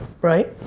right